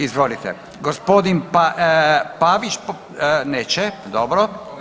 Izvolite, gospodin Pavić neće, dobro.